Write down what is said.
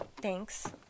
Thanks